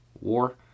war